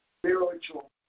spiritual